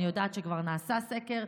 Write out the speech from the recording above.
אני יודעת שכבר נעשה סקר.